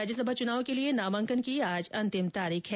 राज्यसभा चुनाव के लिए नामांकन की आज अंतिम तारीख है